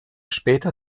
später